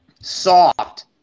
Soft